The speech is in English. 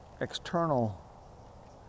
external